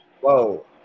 Whoa